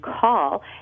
call